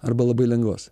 arba labai lengvas